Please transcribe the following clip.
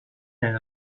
and